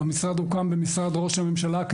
במשרד ראש הממשלה,